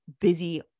busy